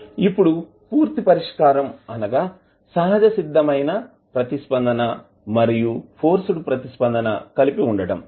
ఇప్పుడు పూర్తి పరిష్కారం అనగా సహజసిద్దమైన ప్రతిస్పందన మరియు ఫోర్స్డ్ ప్రతిస్పందన కలిపి ఉండటం